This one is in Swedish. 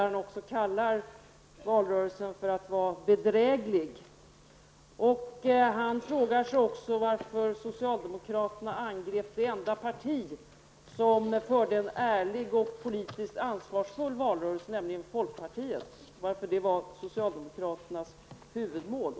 Han kallar valrörelsen bedräglig och frågar sig också varför socialdemokraterna angrep det enda parti som förde en ärlig och politisk ansvarsfull valrörelse, nämligen folkpartiet. Varför var det socialdemokraternas huvudmål?